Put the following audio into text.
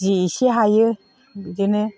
जि एसे हायो बिदिनो